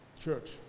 Church